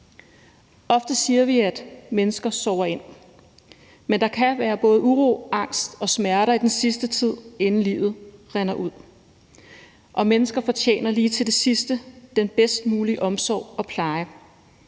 Ofte siger vi, at mennesker sover ind, men der kan være både uro, angst og smerter i den sidste tid, inden livet rinder ud, og mennesker fortjener lige til det sidste den bedst mulige omsorg og pleje.